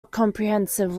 comprehensive